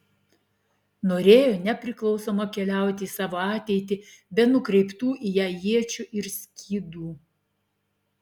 norėjo nepriklausoma keliauti į savo ateitį be nukreiptų į ją iečių ir skydų